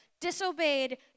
disobeyed